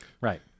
Right